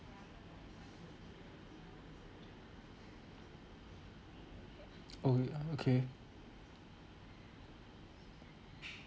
oh yeah okay